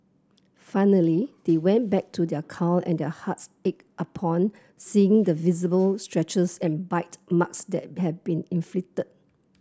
finally they went back to their car and their hearts ached upon seeing the visible and bite marks that had been inflicted